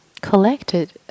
collected